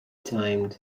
timed